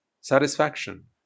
satisfaction